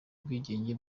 ubwigenge